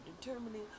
determining